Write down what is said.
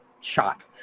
shot